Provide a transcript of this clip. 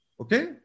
Okay